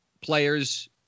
players